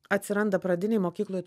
atsiranda pradinėj mokykloj